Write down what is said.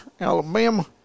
Alabama